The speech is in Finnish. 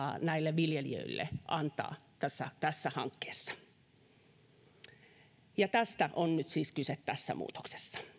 näille viljelijöille antaa tässä tässä hankkeessa tästä siis on nyt kyse tässä muutoksessa